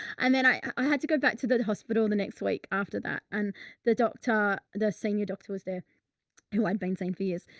and then i had to go back to the the hospital the next week after that, and the doctor, the senior doctor was there who i'd been seeing for years,